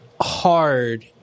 hard